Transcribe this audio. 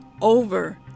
over